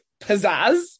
pizzazz